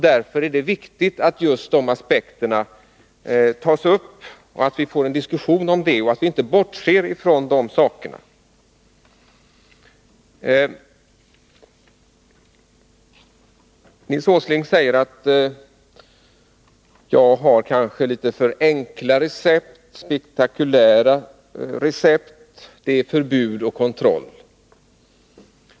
Därför är det viktigt att just de aspekterna tas upp och att vi får en ordentlig diskussion om dem. Nils Åsling säger att mina recept är litet för enkla och spektakulära recept, att de går ut på förbud och kontroll.